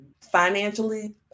financially